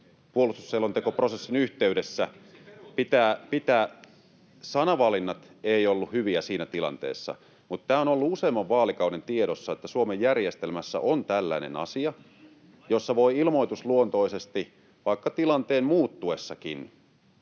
Puolustusselontekoprosessin yhteydessä pitää... [Välihuuto] — Sanavalinnat eivät olleet hyviä siinä tilanteessa, mutta tämä on ollut useamman vaalikauden tiedossa, että Suomen järjestelmässä on tällainen asia, että voi ilmoitusluontoisesti vaikka tilanteen muuttuessakin